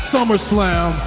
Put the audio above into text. SummerSlam